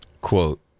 Quote